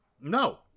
No